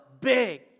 big